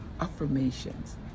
affirmations